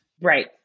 Right